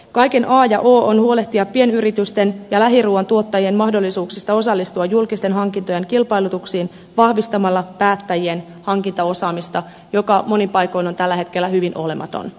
kaiken a ja o on huolehtia pienyritysten ja lähiruuan tuottajien mahdollisuuksista osallistua julkisten hankintojen kilpailutuksiin vahvistamalla päättäjien hankintaosaamista joka monin paikoin on tällä hetkellä hyvin olematon